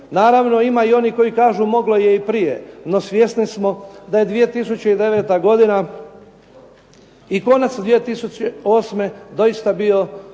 Naravno, ima i onih koji kažu moglo je i prije. No, svjesni smo da je 2009. godina i konac 2008. doista bio